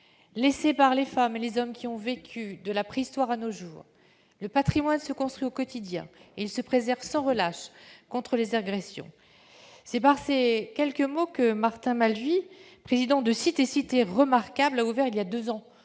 laissés par les femmes et les hommes qui ont vécu ici, de la préhistoire à nos jours. Le patrimoine se construit au quotidien. Et il se préserve sans relâche contre les agressions. » C'est par ces mots que M. Martin Malvy, président de Sites et Cités remarquables de France, a